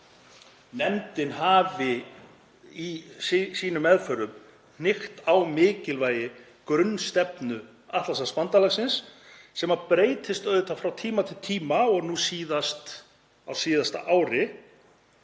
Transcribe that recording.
nefndin hafi í sínum meðförum hnykkt á mikilvægi grunnstefnu Atlantshafsbandalagsins, sem breytist auðvitað frá tíma til tíma og nú síðast á síðasta ári.